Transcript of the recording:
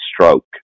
stroke